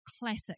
classic